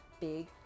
big